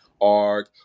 ARG